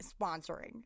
sponsoring